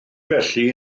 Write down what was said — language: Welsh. felly